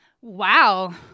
Wow